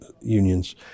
unions